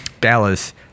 Dallas